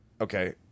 Okay